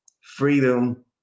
freedom